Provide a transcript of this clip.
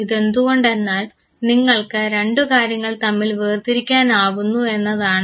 ഇതെന്തുകൊണ്ടെന്നാൽ നിങ്ങൾക്ക് രണ്ടു കാര്യങ്ങൾ തമ്മിൽ വേർതിരിക്കാനാവുന്നു എന്നതാണ്